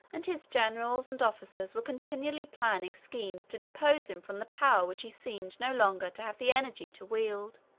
and his generals and officers were continually planning schemes to depose him from the power which he seemed no longer to have the energy to wield